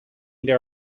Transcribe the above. there